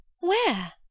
Where